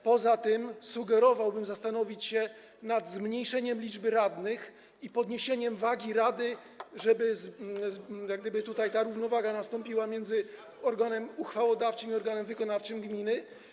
Poza tym sugerowałbym zastanowić się nad zmniejszeniem liczby radnych i podniesieniem wagi rady, żeby osiągnięta była równowaga między organem uchwałodawczym i organem wykonawczym gminy.